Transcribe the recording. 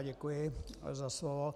Děkuji za slovo.